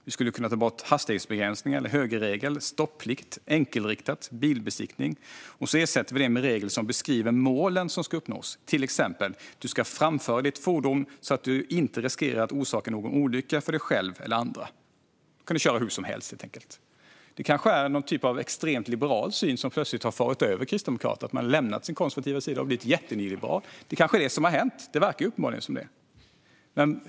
Vi skulle kunna ta bort hastighetsbegränsningar, högerregeln, stopplikt, enkelriktat och bilbesiktning och ersätta det med regler som beskriver de mål som ska uppnås, till exempel att man ska framföra sitt fordon så att man inte riskerar att orsaka en olycka för sig själv eller andra. Man kan helt enkelt köra hur som helst. Det är kanske någon typ av extremt liberal syn som plötsligt har farit över Kristdemokraterna så att de har lämnat sin konservativa sida och blivit jättenyliberala. Det kanske är det som har hänt? Det verkar uppenbarligen så.